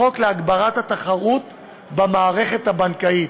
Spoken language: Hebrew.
החוק להגברת התחרות במערכת הבנקאית,